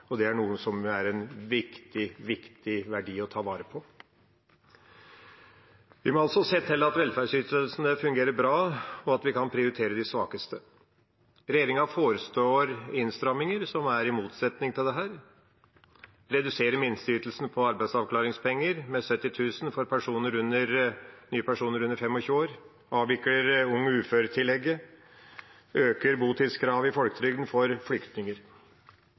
og det er noe som er en viktig, viktig verdi å ta vare på. Vi må altså se til at velferdsytelsene fungerer bra, og at vi kan prioritere de svakeste. Regjeringa forestår innstramminger som er i motsetning til dette. De reduserer minsteytelsen på arbeidsavklaringspenger med 70 000 kr for nye personer under 25 år, avvikler ung ufør-tillegget og øker botidskravet i folketrygden for flyktninger.